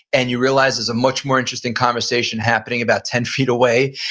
and you realize there's a much more interesting conversation happening about ten feet away,